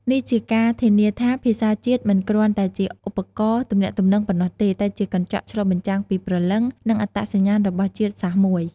នេះជាការធានាថាភាសាជាតិមិនគ្រាន់តែជាឧបករណ៍ទំនាក់ទំនងប៉ុណ្ណោះទេ តែជាកញ្ចក់ឆ្លុះបញ្ចាំងពីព្រលឹង និងអត្តសញ្ញាណរបស់ជាតិសាសន៍មួយ។